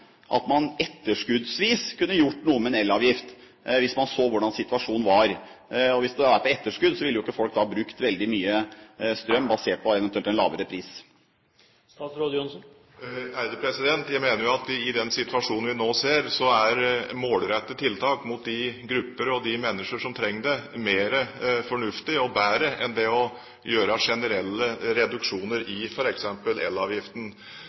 at man etterskuddsvis kunne gjort noe med elavgiften, når man så hvordan situasjonen var. Og hvis det var på etterskudd, ville ikke folk brukt veldig mye strøm basert på en eventuell lavere pris. Jeg mener at i den situasjonen vi nå ser, er målrettede tiltak mot de grupper og mennesker som trenger det, mer fornuftig og bedre enn å gjøre generelle reduksjoner i f.eks. elavgiften.